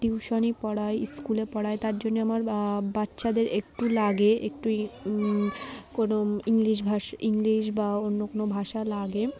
tuition পড়াই স্কুলে পড়াই তার জন্যে আমার বাচ্চাদের একটু লাগে একটু ই কোনো ইংলিশ ভাষা ইংলিশ বা অন্য কোনো ভাষা লাগে